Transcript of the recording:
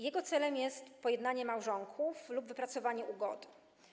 Jego celem jest pojednanie małżonków lub wypracowanie ugody.